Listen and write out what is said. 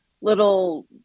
little